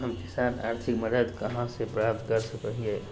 हम किसान आर्थिक मदत कहा से प्राप्त कर सको हियय?